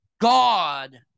God